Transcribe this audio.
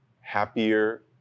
happier